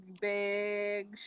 big